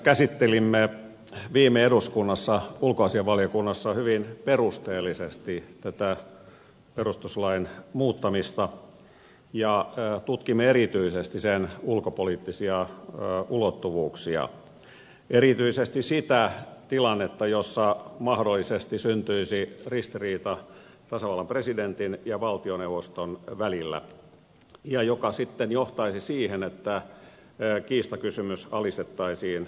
käsittelimme viime eduskunnassa ulkoasiainvaliokunnassa hyvin perusteellisesti tätä perustuslain muuttamista ja tutkimme erityisesti sen ulkopoliittisia ulottuvuuksia erityisesti sitä tilannetta jossa mahdollisesti syntyisi tasavallan presidentin ja valtioneuvoston välillä ristiriita joka sitten johtaisi siihen että kiistakysymys alistettaisiin eduskunnalle